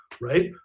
right